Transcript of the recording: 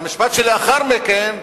והמשפט שלאחר מכן,